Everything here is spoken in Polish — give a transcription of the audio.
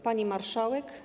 Pani Marszałek!